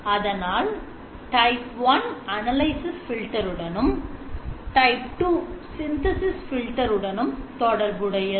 அதனால் type 1 analysis filter உடனும் type 2 synthesis filter உடனும் தொடர்புடையது